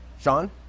Sean